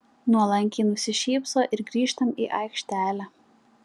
nuolankiai nusišypso ir grįžtam į aikštelę